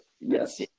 Yes